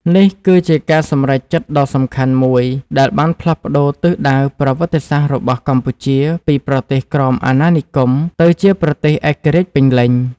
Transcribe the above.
នេះគឺជាការសម្រេចចិត្តដ៏សំខាន់មួយ ដែលបានផ្លាស់ប្ដូរទិសដៅប្រវត្តិសាស្ត្ររបស់កម្ពុជាពីប្រទេសក្រោមអាណានិគម ទៅជាប្រទេសឯករាជ្យពេញលេញ។